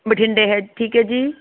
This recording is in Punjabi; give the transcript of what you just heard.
ਬਠਿੰਡੇ ਹੈ ਠੀਕ ਹੈ ਜੀ